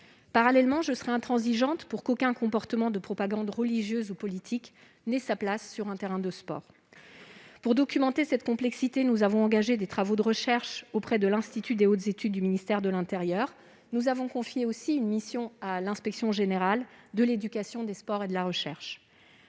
Parallèlement, je serai intransigeante sur le fait qu'aucun comportement de propagande religieuse ou politique ne doit avoir sa place sur un terrain de sport. Pour documenter cette complexité, nous avons engagé des travaux de recherche auprès de l'Institut des hautes études du ministère de l'intérieur. Nous avons aussi confié une mission à l'inspection générale de l'éducation, du sport et de la recherche.